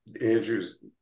andrew's